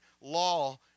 law